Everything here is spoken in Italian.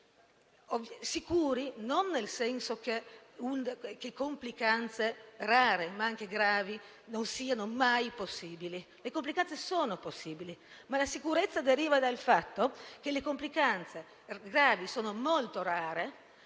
sicuri non nel senso che complicanze rare, ma anche gravi, non siano mai possibili. Le complicanze sono possibili, ma la sicurezza deriva dal fatto che le complicanze gravi sono molto rare,